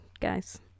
guys